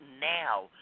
now